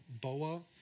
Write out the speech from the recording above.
boa